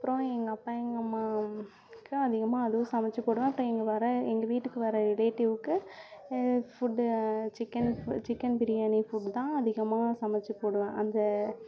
அப்புறம் எங்கள் அப்பா எங்கள் அம்மாக்கு அதிகமாக அதுவும் சமச்சு போடுவேன் அப்புறம் இங்கே வர எங்கள் வீட்டுக்கு வர ரிலேடிவ்க்கு food chicken chicken biryani food தான் அதிகமாக சமைச்சு போடுவேன் அந்த